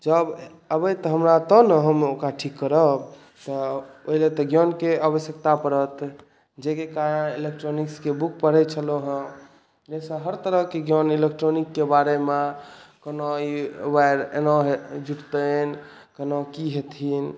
जब अबैत हमरा तऽ ने हम ओकरा ठीक करब तऽ ओहिलेल तऽ ज्ञानके आवश्यकता पड़त जाहिके कारण इलेक्ट्रॉनिक्सके बुक पढ़ैत छलहुँ हेँ जाहिसे हर तरहके ज्ञान इलेक्ट्रॉनिकके बारेमे कोनो ई वायर एना जुटतनि कोना की हेथिन